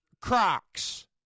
Crocs